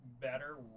better